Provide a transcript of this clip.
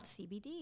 cbd